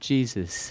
Jesus